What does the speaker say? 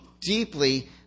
deeply